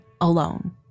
alone